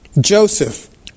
Joseph